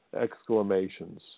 exclamations